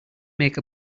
make